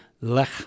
lech